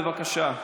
בבקשה.